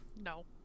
No